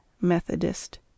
Methodist